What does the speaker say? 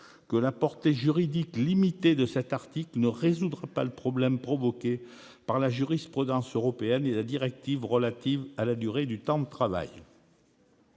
que la portée juridique limitée de cet article ne résoudra pas le problème provoqué par la jurisprudence européenne et la directive relative à la durée du temps de travail.